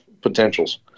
potentials